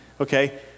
Okay